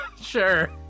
Sure